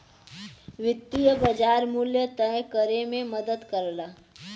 वित्तीय बाज़ार मूल्य तय करे में मदद करला